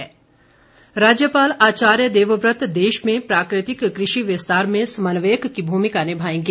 राज्यपाल राज्यपाल आचार्य देवव्रत देश में प्राकृतिक कृषि विस्तार में समन्वयक की भूमिका निभाएंगे